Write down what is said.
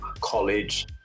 college